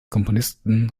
komponisten